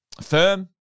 firm